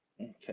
okay